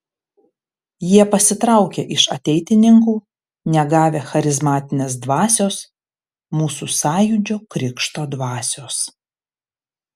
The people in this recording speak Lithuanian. jie pasitraukė iš ateitininkų negavę charizmatinės dvasios mūsų sąjūdžio krikšto dvasios